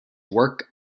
work